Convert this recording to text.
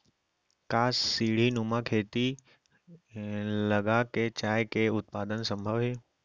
का सीढ़ीनुमा खेती लगा के चाय के उत्पादन सम्भव हे?